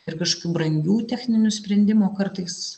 ir kažkokių brangių techninių sprendimų o kartais